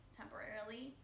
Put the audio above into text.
temporarily